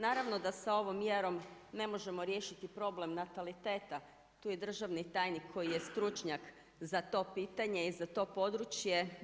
Naravno da sa ovom mjerom ne možemo riješiti problem nataliteta, tu je državni tajnik koji je stručnjak za to pitanje i za to područje.